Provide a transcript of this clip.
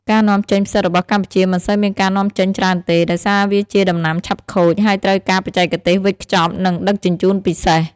ការនាំចេញផ្សិតរបស់កម្ពុជាមិនសូវមានការនាំចេញច្រើនទេ ដោយសារវាជាដំណាំឆាប់ខូច ហើយត្រូវការបច្ចេកទេសវេចខ្ចប់ និងដឹកជញ្ជូនពិសេស។